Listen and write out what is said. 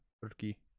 Turkey